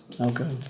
okay